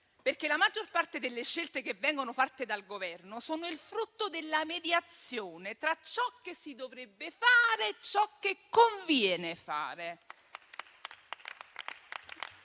la maggior parte delle scelte fatte dal Governo sono il frutto della mediazione tra ciò che si dovrebbe fare e ciò che conviene fare.